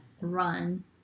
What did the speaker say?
run